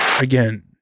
again